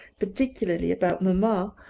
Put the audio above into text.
particularly about mama.